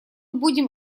будем